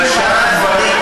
אבל שאר הדברים,